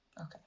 Okay